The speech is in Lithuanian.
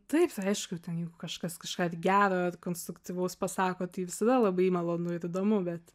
taip aišku ten jeigu kažkas kažką gero konstruktyvaus pasako tai visada labai malonu ir įdomu bet